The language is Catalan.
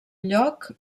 lloc